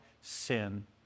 sin